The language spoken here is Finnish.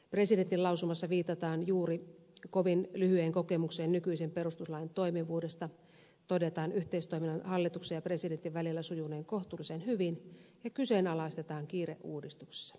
presidentin lausumassa viitataan juuri kovin lyhyeen kokemukseen nykyisen perustuslain toimivuudesta todetaan yhteistoiminnan hallituksen ja presidentin välillä sujuneen kohtuullisen hyvin ja kyseenalaistetaan kiire uudistuksessa